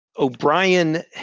O'Brien